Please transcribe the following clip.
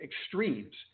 extremes